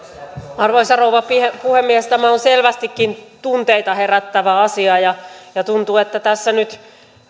arvoisa rouva puhemies tämä on selvästikin tunteita herättävä asia tuntuu että tässä nyt